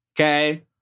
Okay